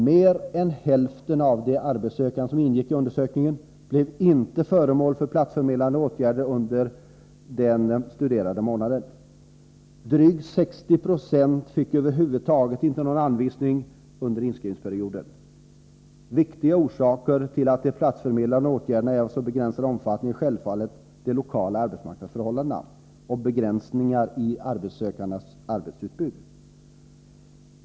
Mer än hälften av de arbetssökande som ingick i undersökningen blev inte föremål för platsförmedlande åtgärder under den studerade månaden. Drygt 60 20 fick över huvud taget inte någon anvisning under inskrivningsperioden. Viktiga orsaker till att de platsförmedlande åtgärderna är av så begränsad omfattning är självfallet de lokala arbetsmarknadsförhållandena och begränsningar i de arbetssökandes arbetsutbud.